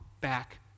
back